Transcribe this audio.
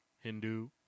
Hindu